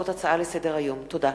תודה.